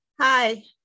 Hi